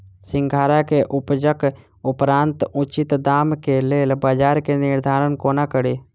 सिंघाड़ा केँ उपजक उपरांत उचित दाम केँ लेल बजार केँ निर्धारण कोना कड़ी?